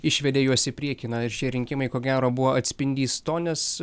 išvedė juos į priekį ir šie rinkimai ko gero buvo atspindys to nes